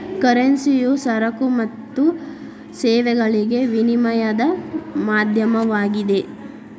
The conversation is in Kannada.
ಕರೆನ್ಸಿಯು ಸರಕು ಮತ್ತು ಸೇವೆಗಳಿಗೆ ವಿನಿಮಯದ ಮಾಧ್ಯಮವಾಗಿದೆ